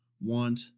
want